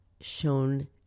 shown